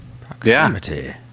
Proximity